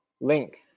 link